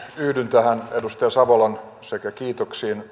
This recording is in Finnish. yhdyn sekä näihin edustaja savolan kiitoksiin